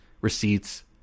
receipts